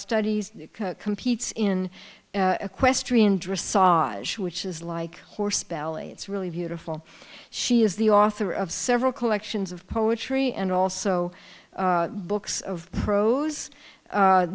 studies competes in equestrian dress saw which is like horse belly it's really beautiful she is the author of several collections of poetry and also books of pros